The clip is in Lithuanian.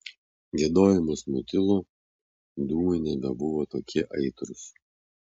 giedojimas nutilo dūmai nebebuvo tokie aitrūs